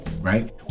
right